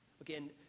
Again